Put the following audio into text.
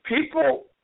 People